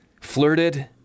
flirted